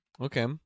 Okay